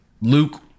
Luke